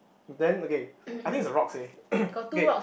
then okay I think is a rocks eh okay